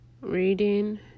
reading